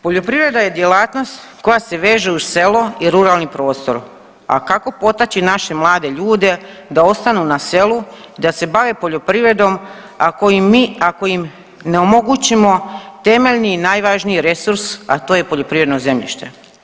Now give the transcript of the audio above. Poljoprivreda je djelatnost koja se veže uz selo i ruralni prostor, a kako potaći naše mlade ljude da ostanu na selu, da se bave poljoprivredom ako im mi, ako im ne omogućimo temeljni i najvažniji resurs, a to je poljoprivredno zemljište.